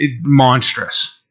monstrous